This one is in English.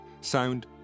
Sound